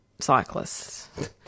cyclists